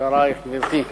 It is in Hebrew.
גברתי היושבת-ראש,